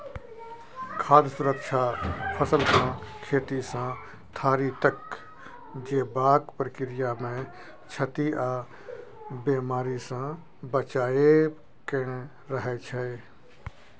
खाद्य सुरक्षा फसलकेँ खेतसँ थारी तक जेबाक प्रक्रियामे क्षति आ बेमारीसँ बचाएब केँ कहय छै